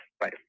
Bye